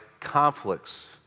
conflicts